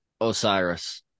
Osiris